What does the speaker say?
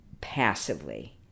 passively